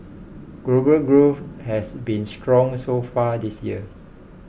global growth has been strong so far this year